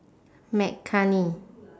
mccartney